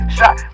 Shot